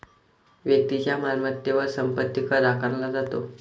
व्यक्तीच्या मालमत्तेवर संपत्ती कर आकारला जातो